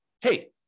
hey